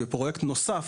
חברת חשמל בפרויקט נוסף,